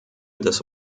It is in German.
des